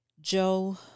Joe